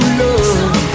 love